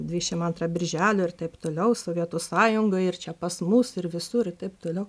dvidešim antrą birželio ir taip toliau sovietų sąjungoj ir čia pas mus ir visur ir taip toliau